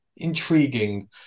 intriguing